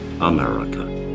America